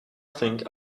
think